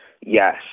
Yes